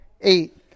eight